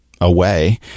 away